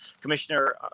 Commissioner